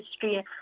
history